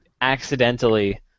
accidentally